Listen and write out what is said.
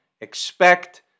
expect